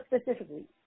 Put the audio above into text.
specifically